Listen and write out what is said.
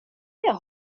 jag